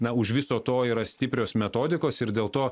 na už viso to yra stiprios metodikos ir dėl to